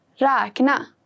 räkna